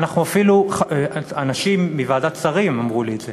אפילו אנשים מוועדת השרים אמרו לי את זה: